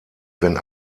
wenn